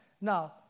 Now